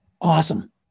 Awesome